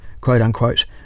quote-unquote